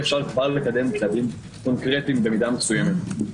אפשר כבר לקדם צעדים קונקרטיים במידה מסוימת.